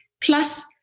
Plus